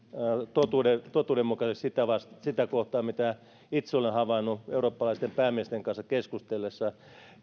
totuudenmukaista sitä sitä kohtaan mitä itse olen havainnut eurooppalaisten päämiesten kanssa keskustellessa